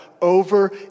over